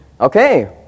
Okay